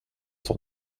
son